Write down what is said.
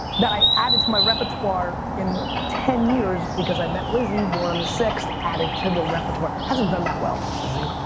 that i added to my repertoire in ten years because i met lizzie, born on the sixth, added it to the repertoire. hasn't done that well, lizzie.